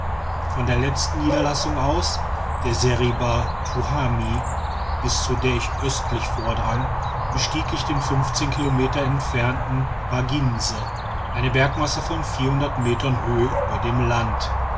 von der letzten niederlassung aus der seriba tuhami bis zu der ich östlich vordrang bestieg ich den kilometer entfernten baginse eine bergmasse von metern höhe über dem land